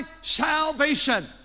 salvation